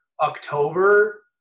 October